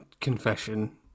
Confession